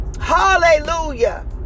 Hallelujah